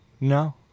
No